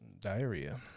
Diarrhea